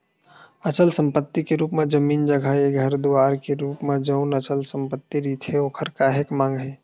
अचल संपत्ति के रुप म जमीन जघाए घर दुवार के रुप म जउन अचल संपत्ति रहिथे ओखर काहेक मांग हे